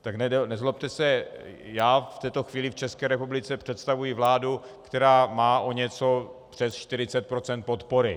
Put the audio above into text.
Tak nezlobte se, já v této chvíli v České republice představuji vládu, která má něco přes 40 procent podpory.